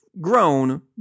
grown